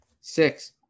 six